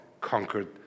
conquered